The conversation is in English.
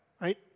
right